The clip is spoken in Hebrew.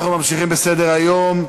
אנחנו ממשיכים בסדר-היום,